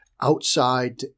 outside